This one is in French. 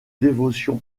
dévotion